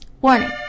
Warning